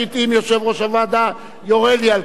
אם יושב-ראש הוועדה יורה לי על כך.